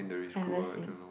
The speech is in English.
ever seen